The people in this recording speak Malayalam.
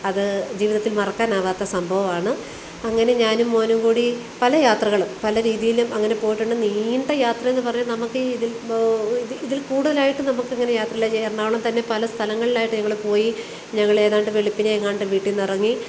അത് ജീവിതത്തിൽ മറക്കാൻ ആവാത്ത സംഭവമാണ് അങ്ങനെ ഞാനും മോനും കൂടി പല യാത്രകൾ പല രീതിയിൽ അങ്ങനെ പോയിട്ടുണ്ട് നീണ്ട യാത്ര എന്നു പറഞ്ഞാൽ നമുക്ക് ഈ ഇത് ഇതിൽ കൂടുതലായിട്ട് നമുക്ക് ഇങ്ങനെ യാത്രകൾ ചെയ്യാൻ എറണാകുളം തന്നെ പല സ്ഥലങ്ങളിലായിട്ട് ഞങ്ങൾ പോയി ഞങ്ങൾ ഏതാണ്ട് വെളുപ്പിനെ എങ്ങാണ്ട് വീട്ടീന്നിറങ്ങി